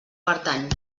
pertany